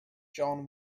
john